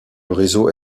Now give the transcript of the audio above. réseau